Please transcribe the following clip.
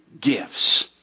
gifts